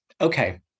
okay